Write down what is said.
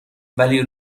ولی